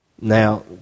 Now